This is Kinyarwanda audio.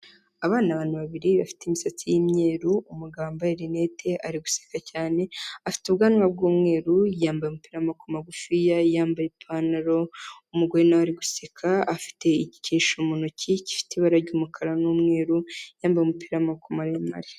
Aba ni abantu babiri bafite imisatsi y'imyeru, umugabo wambaye rinete ari guseka cyane, afite ubwanwa bw'umweru, yambaye umupira maboko magufiya, yambaye ipantaro, umugore nawe ari guseka afite igikinisho mu ntoki gifite ibara ry'umukara n'umweru, yambaye umupira w'maboko maremare.